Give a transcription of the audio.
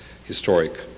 historic